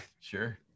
Sure